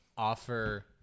Offer